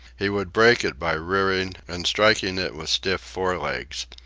he would break it by rearing and striking it with stiff fore legs.